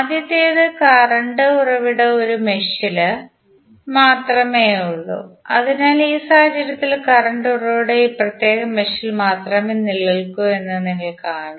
ആദ്യത്തേത് കറന്റ് ഉറവിടം ഒരു മെഷിൽ മാത്രമേ ഉള്ളൂ അതിനാൽ ഈ സാഹചര്യത്തിൽ കറന്റ് ഉറവിടം ഈ പ്രത്യേക മെഷിൽ മാത്രമേ നിലനിൽക്കൂ എന്ന് നിങ്ങൾ കാണും